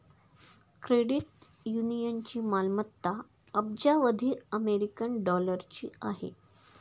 credit युनियनची मालमत्ता अब्जावधी अमेरिकन डॉलरची आहे